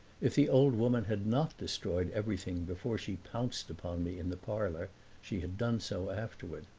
if the old woman had not destroyed everything before she pounced upon me in the parlor she had done so afterward.